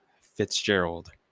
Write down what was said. Fitzgerald